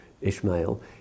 Ishmael